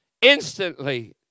instantly